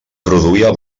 produïa